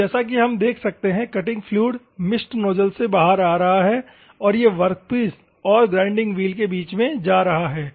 तो जैसा कि हम देख सकते हैं कटिंग फ्लूइड मिस्ट नोजल से बाहर आ रहा है और यह वर्कपीस और ग्राइंडिंग व्हील के बीच में जा रहा है